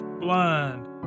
blind